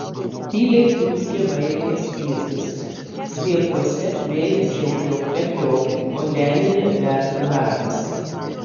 tyliai dūzgia vairinės prietaisai stiebuose vėjas jau kriokte kriokia o denyje verda darbas